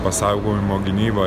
pasaugojimo gynybą